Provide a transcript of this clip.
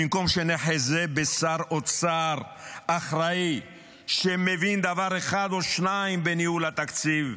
במקום שנחזה בשר אוצר אחראי שמבין דבר אחד או שניים בניהול התקציב,